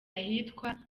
ahitwa